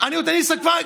של מי?